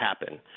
happen